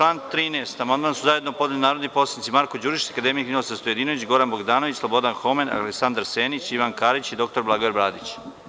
Na član 13. amandman su zajedno podneli narodni poslanik Marko Đurišić, akademik Ninoslav Stojadinović, Goran Bogdanović, Slobodan Homen, Aleksandar Senić, Ivan Karić i dr Blagoje Bradić.